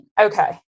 Okay